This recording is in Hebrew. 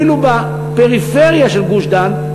אפילו בפריפריה של גוש-דן,